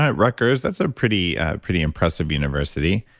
um rutgers, that's a pretty pretty impressive university.